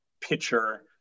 pitcher